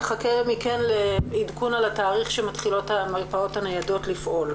נחכה מכם לעדכון על התאריך שמתחילות המרפאות הניידות לפעול.